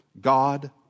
God